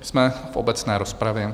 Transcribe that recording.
Jsme v obecné rozpravě.